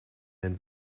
den